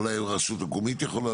אולי רשות מקומית יכולה.